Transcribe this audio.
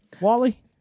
Wally